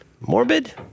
morbid